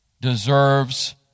deserves